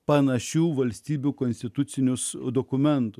panašių valstybių konstitucinius dokumentus